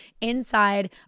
inside